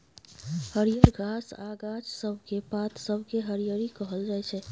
हरियर घास आ गाछ सब केर पात सबकेँ हरियरी कहल जाइ छै